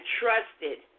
trusted